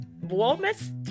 warmest